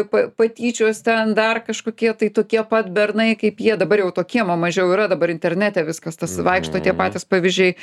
pa patyčios ten dar kažkokie tai tokie pat bernai kaip jie dabar jau to kiemo mažiau yra dabar internete viskas tas vaikšto tie patys pavyzdžiai